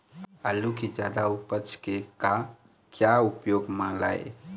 आलू कि जादा उपज के का क्या उपयोग म लाए?